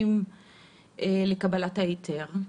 התנאים לקבלת ההיתר?